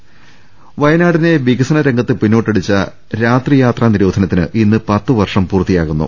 രദ്ദേഷ്ടങ വയനാടിനെ വികസനരംഗത്ത് പിന്നോട്ടടിച്ച രാത്രി യാത്രാ നിരോധന ത്തിന് ഇന്ന് പത്തുവർഷം പൂർത്തിയാകുന്നു